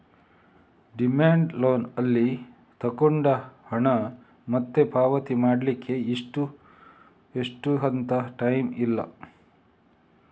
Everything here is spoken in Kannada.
ಡಿಮ್ಯಾಂಡ್ ಲೋನ್ ಅಲ್ಲಿ ತಗೊಂಡ ಹಣ ಮತ್ತೆ ಪಾವತಿ ಮಾಡ್ಲಿಕ್ಕೆ ಇಷ್ಟು ಅಂತ ಟೈಮ್ ಇಲ್ಲ